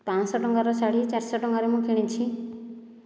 ପାଞ୍ଚଶହ ଟଙ୍କାର ଶାଢ଼ୀ ଚାରିଶହ ଟଙ୍କାରେ ମୁଁ କିଣିଛି